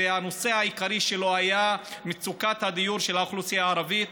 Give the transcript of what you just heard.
הנושא העיקרי שלו היה מצוקת הדיור של האוכלוסייה הערבית.